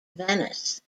venice